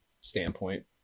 standpoint